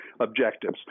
objectives